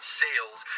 sales